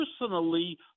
personally